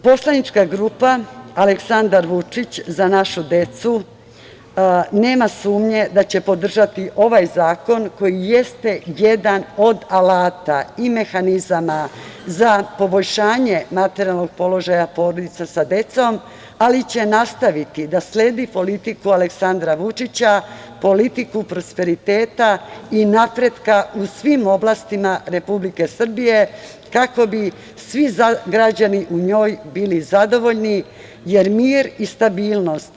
Poslanička grupa Aleksandar Vučić – Za našu decu će podržati ovaj zakon koji jeste jedan od alata i mehanizama za poboljšanje materijalnog položaja porodica sa decom, ali će nastaviti da sledi politiku Aleksandra Vučića, politiku prosperiteta i napretka u svim oblastima Republike Srbije, kako bi svi građani u njoj bili zadovoljni, jer mir i stabilnost…